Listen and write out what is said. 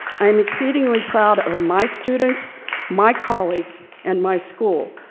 i am exceedingly proud of my students, my colleagues, and my school.